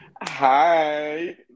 Hi